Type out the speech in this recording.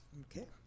Okay